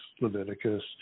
leviticus